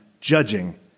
judging